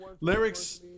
Lyrics